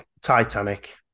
Titanic